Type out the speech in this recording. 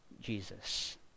Jesus